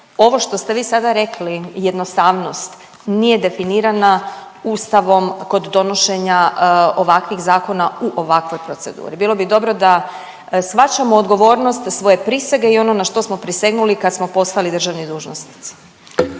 Ovo što ste vi sada rekli jednostavnost nije definirana Ustavom kod donošenja ovakvih zakona u ovakvoj proceduri. Bilo bi dobro da shvaćamo odgovornost svoje prisege i ono na što smo prisegnuli kad smo postali državni dužnosnici.